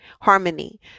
harmony